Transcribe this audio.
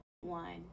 one